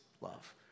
love